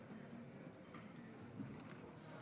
תודה רבה,